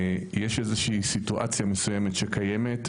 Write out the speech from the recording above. יש איזושהי סיטואציה מסוימת שקיימת,